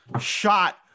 shot